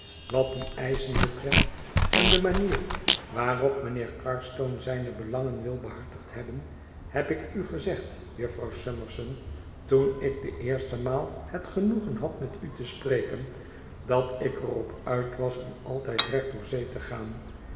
wat die eischen betreft en de manier waarop mijnheer carstone zijne belangen wil behartigd hebben heb ik u gezegd jufvrouw summerson toen ik de eerste maal het genoegen had met u te spreken dat ik er op uit was om altijd recht door zee te gaan